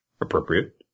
Appropriate